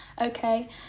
okay